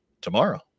tomorrow